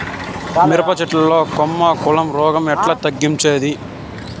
మిరప చెట్ల లో కొమ్మ కుళ్ళు రోగం ఎట్లా తగ్గించేది?